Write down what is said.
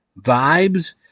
Vibes